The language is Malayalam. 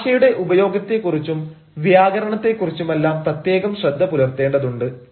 ഭാഷയുടെ ഉപയോഗത്തെക്കുറിച്ചും വ്യാകരണത്തെ കുറിച്ചുമെല്ലാം പ്രത്യേകം ശ്രദ്ധ പുലർത്തേണ്ടതുണ്ട്